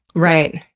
right.